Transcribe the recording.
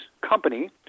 company